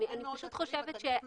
אם